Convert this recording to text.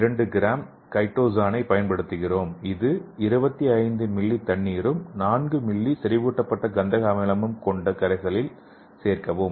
2 gram கைடோஸானை பயன்படுத்துகிறோம் இதை 25 மில்லி தண்ணீரும் 4 மில்லி செறிவூட்டப்பட்ட கந்தக அமிலமும் கொண்ட கரைசலில் சேர்க்கவும்